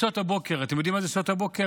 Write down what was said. בשעות הבוקר, אתם יודעים מה זה שעות הבוקר?